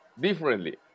differently